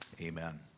amen